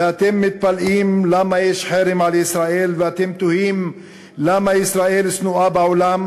ואתם מתפלאים למה יש חרם על ישראל ואתם תוהים למה ישראל שנואה בעולם?